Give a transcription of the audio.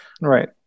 right